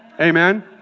Amen